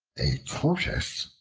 a tortoise,